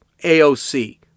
AOC